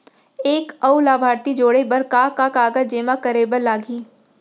एक अऊ लाभार्थी जोड़े बर का का कागज जेमा करे बर लागही?